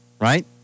right